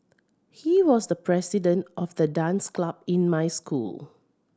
he was the president of the dance club in my school